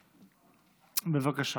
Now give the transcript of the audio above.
בבקשה.